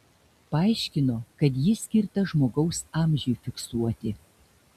paaiškino kad jis skirtas žmogaus amžiui fiksuoti